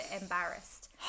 embarrassed